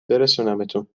برسونمتون